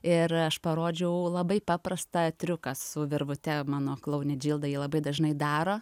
ir aš parodžiau labai paprastą triuką su virvute mano klounė džilda jį labai dažnai daro